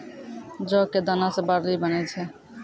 जौ कॅ दाना सॅ बार्ली बनै छै